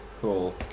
Cool